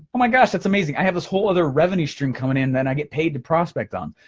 oh my gosh, that's amazing, i have this whole other revenue stream coming in that i get paid to prospect on.